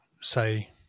say